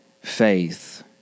faith